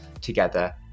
together